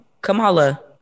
kamala